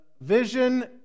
vision